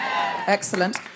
Excellent